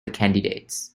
candidates